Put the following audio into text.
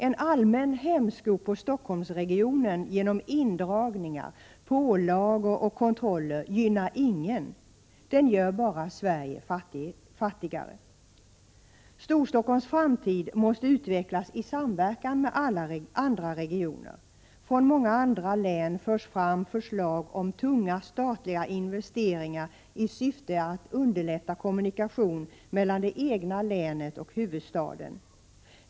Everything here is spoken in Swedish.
En allmän hämsko på Stockholmsregionen genom indragningar, pålagor och kontroller gynnar ingen, utan gör bara Sverige fattigare. Storstockholms framtid måste utvecklas i samverkan med andra regioner. Från många andra län framförs förslag om tunga statliga investeringar i syfte att underlätta kommunikation mellan det egna länet och huvudstaden.